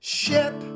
ship